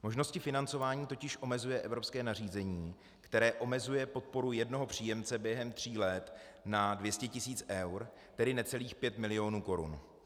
Možnosti financování totiž omezuje evropské nařízení, které omezuje podporu jednoho příjemce během tří let na 200 tis. eur, tedy necelých pět milionů korun.